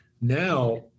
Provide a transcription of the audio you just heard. now